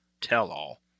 tell-all